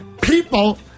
people